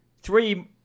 three